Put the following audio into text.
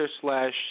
slash